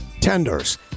tenders